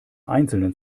einzelnen